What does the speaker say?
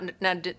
now